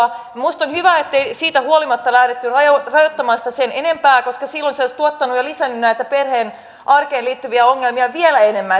minusta on hyvä ettei siitä huolimatta lähdetty rajoittamaan sitä sen enempää koska silloin se olisi tuottanut ja lisännyt näitä perheen arkeen liittyviä ongelmia vielä enemmän ja tehnyt järjestelmästä vielä joustamattomamman